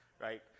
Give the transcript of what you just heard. right